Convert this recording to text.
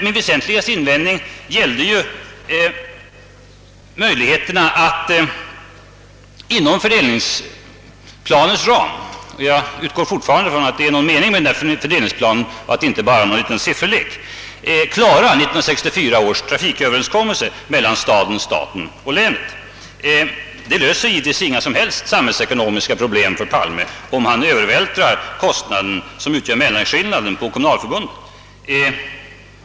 Min väsentligaste invändning gällde möjligheterna att inom fördelningsplanens ram — jag utgår fortfarande från att det är någon mening med denna fördelningsplan och att den inte bara är en sifferlek — klara 1964 års trafiköverenskommelse mellan staden, staten och länen. Herr Palme löser givetvis inga som helst samhällsekonomiska problem genom att övervältra kostnaden, som utgör mellanskillnaden, på kommunalförbundet.